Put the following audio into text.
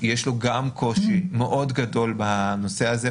יש לו גם קושי מאוד גדול בנושא הזה.